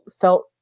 felt